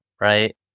right